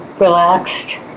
relaxed